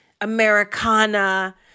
Americana